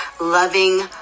loving